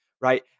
Right